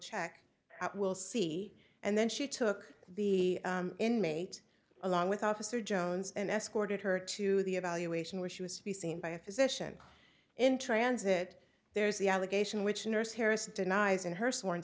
out we'll see and then she took the inmate along with officer jones and escorted her to the evaluation where she was to be seen by a physician in transit there is the allegation which a nurse harris denies in her sworn